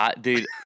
Dude